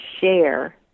share